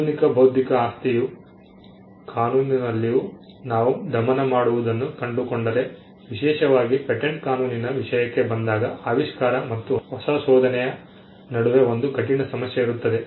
ಆಧುನಿಕ ಬೌದ್ಧಿಕ ಆಸ್ತಿಯ ಕಾನೂನಿನಲ್ಲಿಯೂ ನಾವು ದಮನ ಮಾಡುವುದನ್ನು ಕಂಡುಕೊಂಡರೆ ವಿಶೇಷವಾಗಿ ಪೇಟೆಂಟ್ ಕಾನೂನಿನ ವಿಷಯಕ್ಕೆ ಬಂದಾಗ ಆವಿಷ್ಕಾರ ಮತ್ತು ಹೊಸ ಶೋಧನೆಯ ನಡುವೆ ಒಂದು ಕಠಿಣ ಸಮಸ್ಯೆ ಇರುತ್ತದೆ